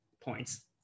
points